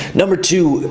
number two,